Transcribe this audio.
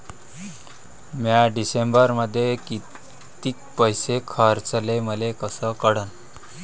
म्या डिसेंबरमध्ये कितीक पैसे खर्चले मले कस कळन?